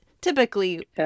typically